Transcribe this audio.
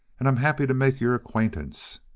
and i'm happy to make your acquaintance.